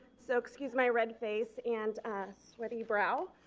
so excuse my red face and sweaty brow.